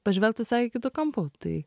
pažvelgt visai kitu kampu tai